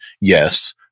Yes